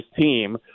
team